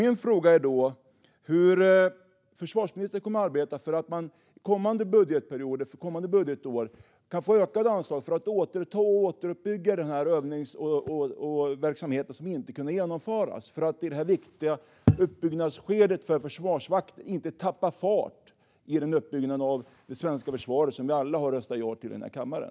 Min fråga är: Hur kommer försvarsministern att arbeta för att Försvarsmakten kommande budgetperioder för kommande budgetår kan få ökade anslag för att återuppta och återuppbygga den övningsverksamhet som inte kunde genomföras? I detta viktiga uppbyggnadsskede får inte Försvarsmakten tappa fart i den uppbyggnad av det svenska försvaret som vi alla har röstat ja till i den här kammaren.